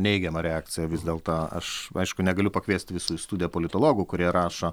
neigiama reakcija vis dėlto aš aišku negaliu pakviesti visų į studiją politologų kurie rašo